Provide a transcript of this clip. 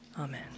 Amen